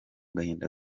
gahinda